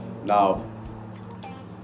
Now